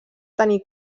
tenir